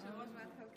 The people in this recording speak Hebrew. יושב-ראש ועדת הכלכלה.